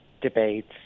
debates